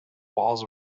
walls